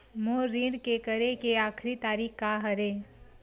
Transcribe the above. मोर ऋण के करे के आखिरी तारीक का हरे?